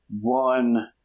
one